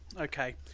okay